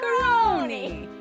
Macaroni